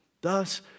Thus